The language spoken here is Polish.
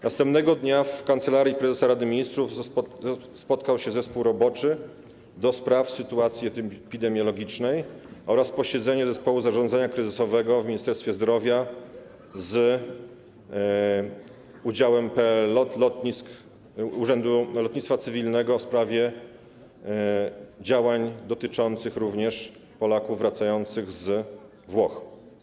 Następnego dnia w Kancelarii Prezesa Rady Ministrów spotkał się zespół roboczy do spraw sytuacji epidemiologicznej oraz odbyło się posiedzenie zespołu zarządzania kryzysowego w Ministerstwie Zdrowia z udziałem PLL LOT, Urzędu Lotnictwa Cywilnego w sprawie działań dotyczących również Polaków wracających z Włoch.